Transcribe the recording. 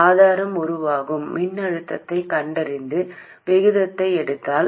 ஆதாரம் உருவாகும் மின்னழுத்தத்தைக் கண்டறிந்து விகிதத்தை எடுத்தல்